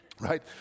Right